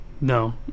No